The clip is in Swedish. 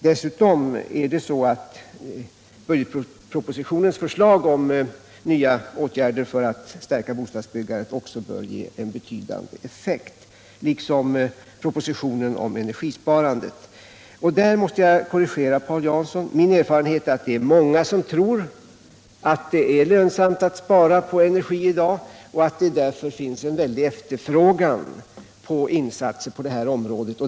Dessutom bör budgetpropositionens förslag om nya åtgärder för att stärka bostadsbyggandet ge betydande effekter liksom förslagen i propositionen om energisparandet. När det gäller energisparandet måste jag korrigera Paul Jansson. Min erfarenhet är att det är många som tror att det är lönsamt att spara på energi i dag och att det därför finns en väldig efterfrågan på insatser på detta område.